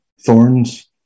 thorns